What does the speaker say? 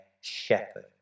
shepherd